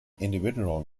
individual